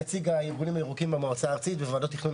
רוצה להתאחד עם מועצה איזורית תמר.